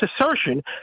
assertion